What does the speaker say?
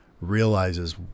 realizes